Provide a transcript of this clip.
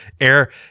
air